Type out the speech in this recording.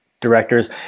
directors